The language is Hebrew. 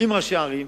עם ראשי ערים,